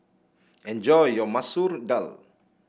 enjoy your Masoor Dal